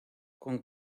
con